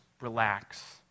relax